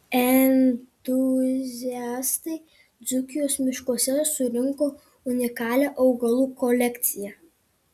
entuziastai dzūkijos miškuose surinko unikalią augalų kolekciją